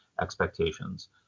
expectations